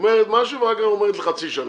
- אומרת משהו ואחר כך אומרת לחצי שנה.